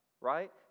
right